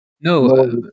No